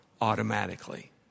automatically